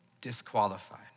disqualified